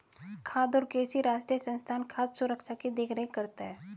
खाद्य और कृषि राष्ट्रीय संस्थान खाद्य सुरक्षा की देख रेख करता है